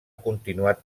continuat